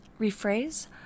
rephrase